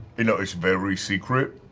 you know, it's very secret,